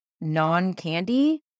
non-candy